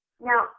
Now